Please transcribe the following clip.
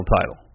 title